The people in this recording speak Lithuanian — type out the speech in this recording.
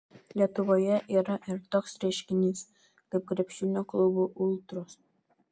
lietuvoje yra ir toks reiškinys kaip krepšinio klubų ultros